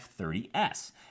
F30S